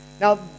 Now